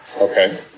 Okay